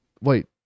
wait